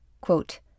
Quote